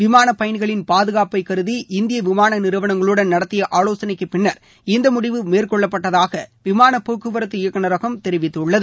விமானப் பயணிகளின் பாதுகாப்பைக் கருதி இந்திய விமான நிறுவனங்களுடன் நடத்திய ஆலோசனைக்குப் பின்னா் இந்த முடிவு மேற்னெள்ளப்பட்டதாக விமானப்போக்குவரத்து இயக்குனரகம் தெரிவித்துள்ளது